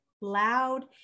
loud